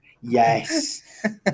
Yes